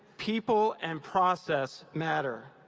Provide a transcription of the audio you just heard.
people and process matter.